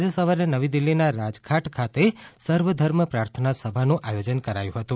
આજે સવારે નવી દિલ્હીના રાજધાટ ખાતે સર્વધર્મ પ્રાર્થના સભાનું આયોજન કરાયું હતું